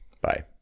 Bye